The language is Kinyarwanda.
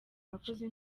abakozi